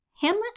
Hamlet